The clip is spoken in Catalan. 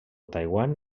taiwan